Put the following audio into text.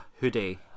hoodie